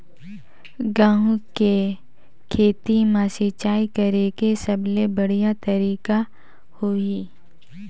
गंहू के खेती मां सिंचाई करेके सबले बढ़िया तरीका होही?